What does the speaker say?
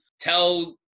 tell